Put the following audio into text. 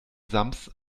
sams